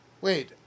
Wait